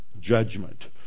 judgment